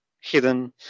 hidden